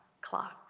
clock